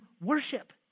worship